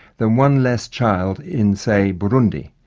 than one less child in, say, burundi.